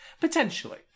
Potentially